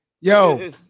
Yo